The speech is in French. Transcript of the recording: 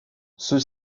ceux